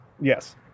Yes